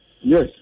Yes